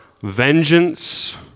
vengeance